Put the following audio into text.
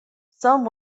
some